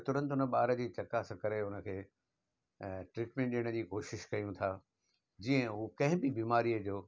त तुरंत उन ॿार खे चकास करे उन खे अ ट्रीटमेंट ॾियणु जी कोशिशि कयूं था जीअं हूअ कंहिं बो बीमारीअ जो